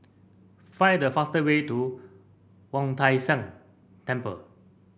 find the faster way to Wu Tai Shan Temple